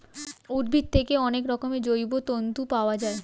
উদ্ভিদ থেকে অনেক রকমের জৈব তন্তু পাওয়া যায়